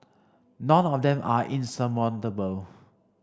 none of them are insurmountable